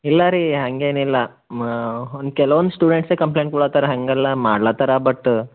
ಇಲ್ಲ ರೀ ಹಂಗೇನು ಇಲ್ಲ ಕೆಲವೊಂದು ಸ್ಟೂಡೆಂಟ್ಸೆ ಕಂಪ್ಲೇಂಟ್ ಕೊಡ್ಲತ್ತಾರ ಹಾಗೆಲ್ಲ ಮಾಡ್ಲತ್ತಾರ ಬಟ್